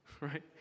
right